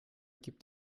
gibt